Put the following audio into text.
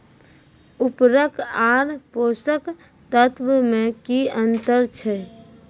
उर्वरक आर पोसक तत्व मे की अन्तर छै?